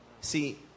See